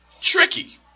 tricky